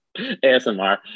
ASMR